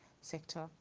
sector